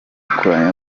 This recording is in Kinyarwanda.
wakoranye